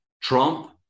Trump